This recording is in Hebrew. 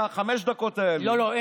שומעים את שרן השכל דואגת למסכנים, לחולים.